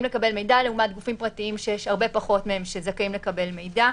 לקבל מידע לעומת גופים פרטיים שהרבה פחות מהם שזכאים לקבל מידע.